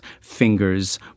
fingers